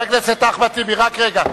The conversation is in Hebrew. חבר הכנסת אחמד טיבי, רק רגע.